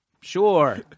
Sure